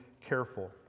careful